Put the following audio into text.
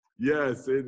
Yes